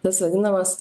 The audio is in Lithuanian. tas vadinamas